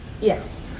Yes